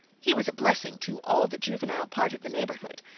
he was a blessing to all the juvenile part of the neighbourhood,